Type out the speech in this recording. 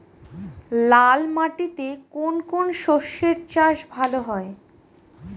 লাল মাটিতে কোন কোন শস্যের চাষ ভালো হয়?